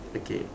okay